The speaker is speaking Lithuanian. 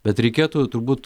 bet reikėtų turbūt